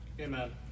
Amen